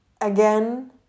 again